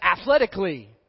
athletically